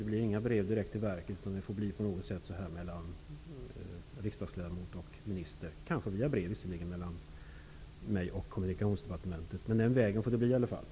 Det blir inga brev direkt till verket, utan det får bli vid direktkontakt mellan riksdagsledamot och minister, kanske via brev mellan mig och